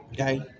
okay